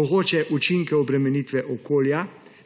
mogoče učinke obremenitve okolja